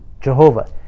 Jehovah